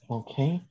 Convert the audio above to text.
okay